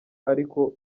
ariko